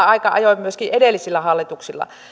aika ajoin myöskin edellisillä hallituksilla